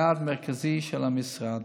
יעד מרכזי של המשרד.